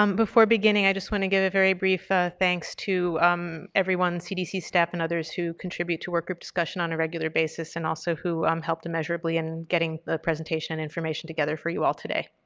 um before beginning i just want to give a very brief thanks to um everyone, cdc staff and others, who contribute to work group discussion on a regular basis and also who um helped immeasurably in getting the presentation information together for you all today.